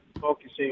focusing